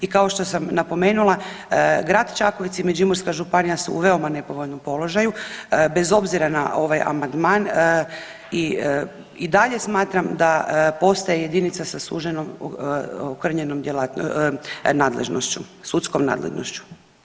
I kao što sam napomenula grad Čakovec i Međimurska županija su u veoma nepovoljnom položaju bez obzira na ovaj amandman i dalje smatram da postaje jedinica sa suženom okrnjenom nadležnošću, sudskom nadležnošću.